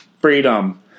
Freedom